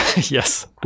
Yes